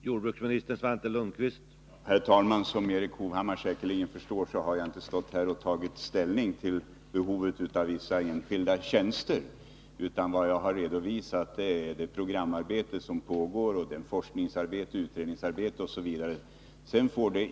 Herr talman! Som Erik Hovhammar säkerligen förstår har jag inte här tagit ställning till behovet av vissa enskilda tjänster, utan vad jag har redovisat är det programarbete som pågår och det forskningsoch utredningsarbete osv. som bedrivs.